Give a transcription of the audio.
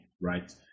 right